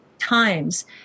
times